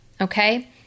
Okay